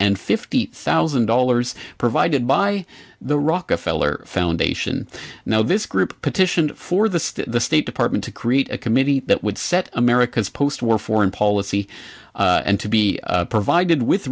and fifty thousand dollars provided by the rockefeller foundation now this group petitioned for the state department to create a committee that would set america's post war foreign policy and to be provided with